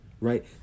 right